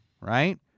Right